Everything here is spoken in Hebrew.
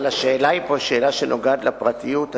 אבל השאלה היא פה שאלה שנוגעת לפרטיות,